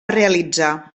realitzar